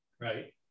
Right